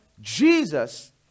Jesus